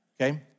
Okay